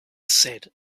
said